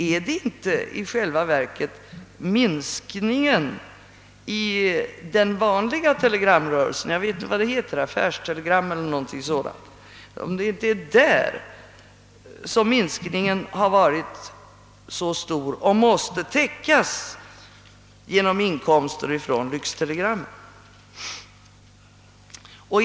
Är det inte i själva verket på den vanliga telegramrörelsen — jag vet inte om det heter affärstelegram eller någonting sådant — som förlusten har varit stor och måste täckas genom inkomster från lyxtelegrammen?